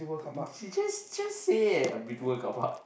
uh she just just say leh uh Beauty-World carpark